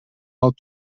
алып